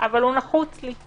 אבל נחוץ לי.